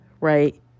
right